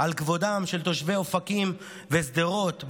על כבודם של תושבי אופקים ושדרות,